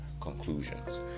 conclusions